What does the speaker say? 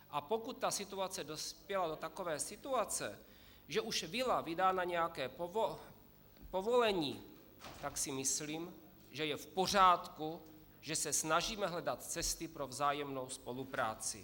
A pokud situace dospěla do takové situace, že už byla vydána nějaká povolení, tak si myslím, že je v pořádku, že se snažíme hledat cesty pro vzájemnou spolupráci.